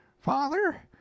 Father